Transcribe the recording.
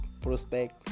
prospect